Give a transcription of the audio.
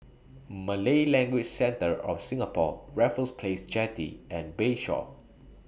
Malay Language Centre of Singapore Raffles Place Jetty and Bayshore